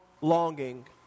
longing